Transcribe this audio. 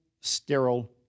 sterile